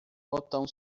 botão